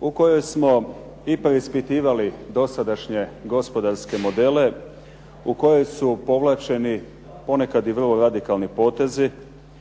u kojoj smo i preispitivali dosadašnje gospodarske modele, u kojoj su povlačeni ponekada i vrlo radikalni potezi,